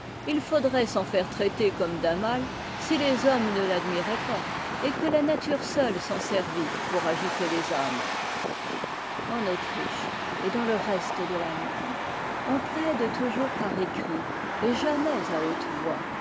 il faudrait se faire traiter comme d'un mai si les récompenses de la'gloire n'en adoucissaient pas les peines en autriche et dans le reste de l'allemagne on plaide toujours par écrit et jamais à haute voix